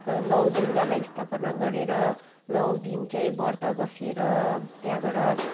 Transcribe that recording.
नौ दुर्गालाई स्थापना गरेर नौ दिन चाहिँ व्रत बसेर त्यहाँबाट